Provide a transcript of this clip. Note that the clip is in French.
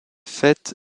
faite